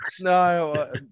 No